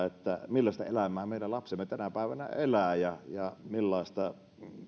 millaista elämää meidän lapsemme tänä päivänä elävät ja